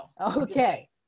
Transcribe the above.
Okay